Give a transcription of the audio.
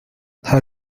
how